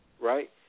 right